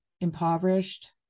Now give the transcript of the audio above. impoverished